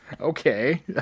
okay